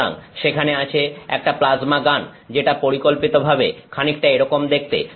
সুতরাং সেখানে আছে একটা প্লাজমা গান যেটা পরিকল্পিতভাবে খানিকটা এরকম দেখতে